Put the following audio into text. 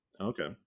Okay